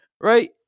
right